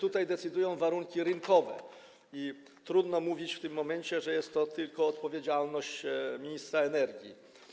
Tutaj decydujące są warunki rynkowe i trudno mówić w tym momencie, że jest to tylko odpowiedzialność ministra energii.